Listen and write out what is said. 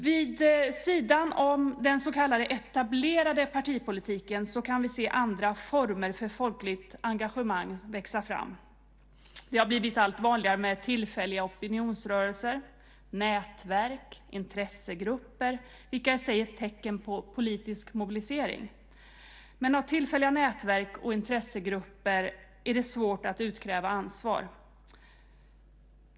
Vid sidan av den så kallade etablerade partipolitiken kan vi se andra former för folkligt engagemang växa fram. Det har blivit allt vanligare med tillfälliga opinionsrörelser, nätverk och intressegrupper vilka i sig är ett tecken på politisk mobilisering. Men av tillfälliga nätverk och intressegrupper är det svårt att utkräva ansvar.